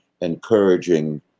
encouraging